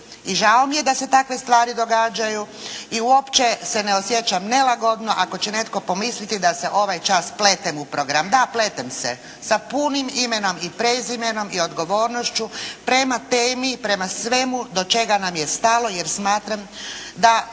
I žao mi je da se takve stvari događaju i uopće se ne osjećam nelagodno ako će netko pomisliti da se ovaj čas pletem u program. Da, pletem se sa punim imenom i prezimenom i odgovornošću prema temi i prema svemu do čega nam je stalo jer smatram da